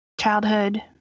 childhood